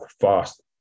fast